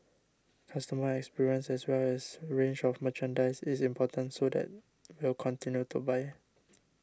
customer experience as well as range of merchandise is important so that will continue to buy